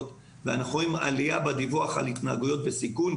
ואנחנו רואים עלייה בדיווח על התנהגויות בסיכון,